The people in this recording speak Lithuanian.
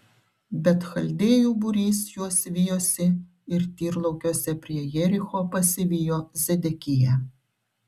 bet chaldėjų būrys juos vijosi ir tyrlaukiuose prie jericho pasivijo zedekiją